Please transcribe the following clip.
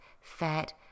fat